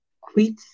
quit